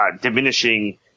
diminishing